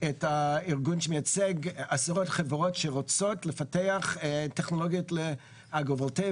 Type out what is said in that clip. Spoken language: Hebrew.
את הארגון שמייצג עשרות חברות שרוצות לפתח טכנולוגיות לאגרו וולטאי